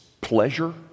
pleasure